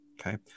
Okay